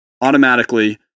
automatically